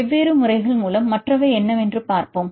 வெவ்வேறு முறைகள் மூலம் மற்றவை என்னவென்று பார்ப்போம்